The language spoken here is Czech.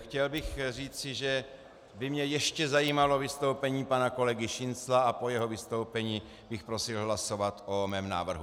Chtěl bych říci, že by mě ještě zajímalo vystoupení pana kolegy Šincla, a po jeho vystoupení bych prosil hlasovat o mém návrhu.